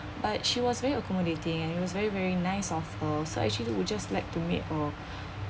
but she was very accommodating and it was very very nice of her so actually would just like to make a